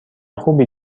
خوبی